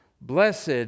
Blessed